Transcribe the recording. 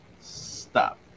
Stop